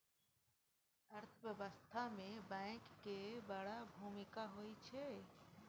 अर्थव्यवस्था मे बैंक केर बड़ भुमिका होइ छै